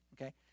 okay